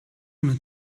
ohne